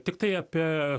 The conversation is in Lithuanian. tiktai apie